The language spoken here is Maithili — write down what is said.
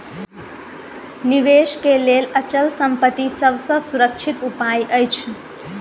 निवेश के लेल अचल संपत्ति सभ सॅ सुरक्षित उपाय अछि